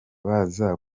baza